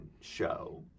show